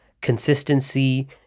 consistency